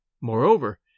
Moreover